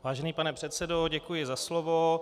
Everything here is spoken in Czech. Vážený pane předsedo, děkuji za slovo.